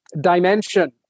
dimension